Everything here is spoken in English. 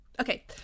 Okay